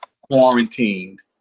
quarantined